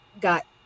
got